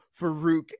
Farouk